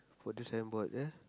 for signboard eh